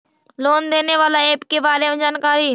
Loan देने बाला app के बारे मे जानकारी?